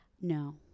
No